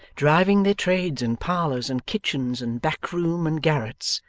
driving their trades in parlours and kitchens and back room and garrets,